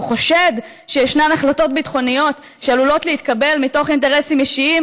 חושד שישנן החלטות ביטחוניות שעלולות להתקבל מתוך אינטרסים אישיים,